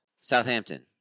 Southampton